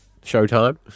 showtime